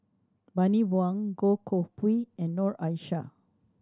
Bani Buang Goh Koh Pui and Noor Aishah